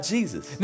Jesus